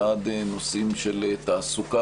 ועד נושאים של תעסוקה,